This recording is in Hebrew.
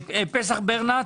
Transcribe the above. פסח ברנט,